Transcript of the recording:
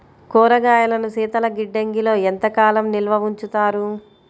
కూరగాయలను శీతలగిడ్డంగిలో ఎంత కాలం నిల్వ ఉంచుతారు?